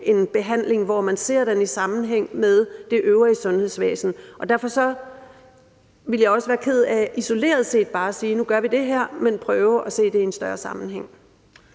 en behandling, hvor man ser det i sammenhæng med det øvrige sundhedsvæsen. Og derfor ville jeg også være ked af isoleret set bare at sige, at nu gør vi det her, men prøve at se det i en større sammenhæng.